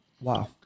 Wow